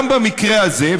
גם במקרה הזה,